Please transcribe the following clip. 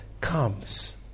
comes